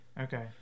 okay